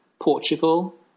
Portugal